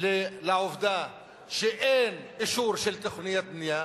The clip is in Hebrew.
לעובדה שאין אישור של תוכניות בנייה,